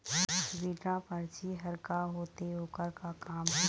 Withdraw परची हर का होते, ओकर का काम हे?